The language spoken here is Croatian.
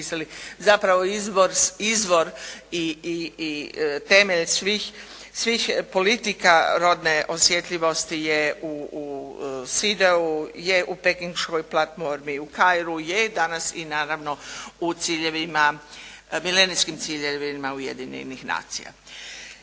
zapravo izvor temelj svih politika rodne osjetljivosti je u … /Govornica se ne razumije./ … je u pekinškoj platformi, u Kairu je, danas i naravno u milenijskim ciljevima Ujedinjenih nacija.